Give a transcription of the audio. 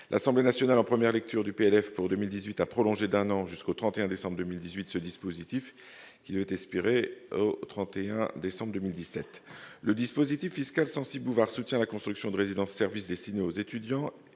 L'Assemblée nationale, en première lecture du projet de loi de finances pour 2018, a prolongé d'un an, jusqu'au 31 décembre 2018, ce dispositif qui devait expirer au 31 décembre 2017. Le dispositif fiscal Censi-Bouvard soutient la construction de résidences-services destinées aux étudiants